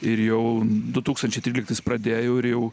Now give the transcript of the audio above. ir jau du tūkstančiai tryliktais pradėjau ir jau